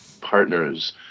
partners